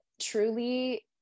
truly